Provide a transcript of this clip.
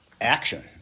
action